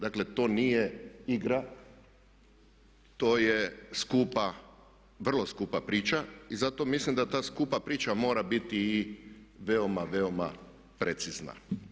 Dakle, to nije igra, to je skupa, vrlo skupa priča i zato mislim da ta skupa priča mora biti i veoma, veoma precizna.